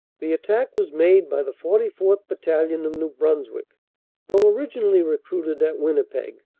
the attack was made by the forty fourth. battalion, of new bruns wick though originally recruited at winnipeg,